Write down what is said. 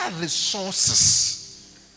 resources